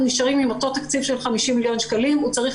נשארים עם אותו תקציב של 50 מיליון שקלים הוא צריך